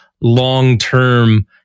long-term